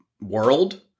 world